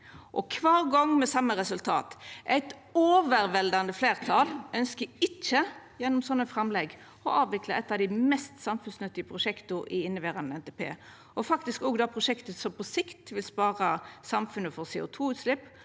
og kvar gong med same resultat: Eit overveldande fleirtal ønskjer ikkje gjennom slike framlegg å avvikla eit av dei mest samfunnsnyttige prosjekta i inneverande NTP, og faktisk også eit prosjekt som på sikt vil spara samfunnet for CO2-utslepp